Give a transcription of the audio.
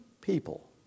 people